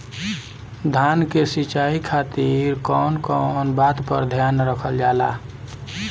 धान के सिंचाई खातिर कवन कवन बात पर ध्यान रखल जा ला?